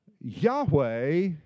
Yahweh